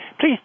please